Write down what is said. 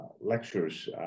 lectures